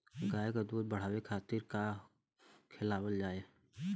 गाय क दूध बढ़ावे खातिन का खेलावल जाय?